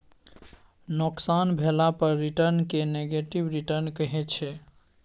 नोकसान भेला पर रिटर्न केँ नेगेटिव रिटर्न कहै छै